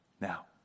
Now